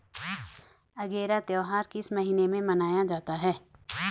अगेरा त्योहार किस महीने में मनाया जाता है?